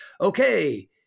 okay